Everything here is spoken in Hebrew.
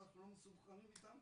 אנחנו לא מסונכרנים איתם.